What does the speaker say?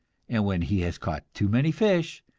and when he has caught too many fish,